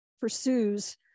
pursues